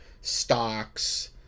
stocks